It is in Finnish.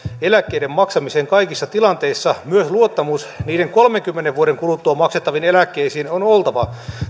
eläkkeiden maksamiseen kaikissa tilanteissa myös luottamus niihin kolmenkymmenen vuoden kuluttua maksettaviin eläkkeisiin on oltava